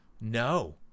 No